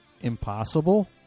Impossible